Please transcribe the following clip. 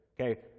Okay